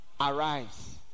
arise